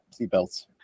seatbelts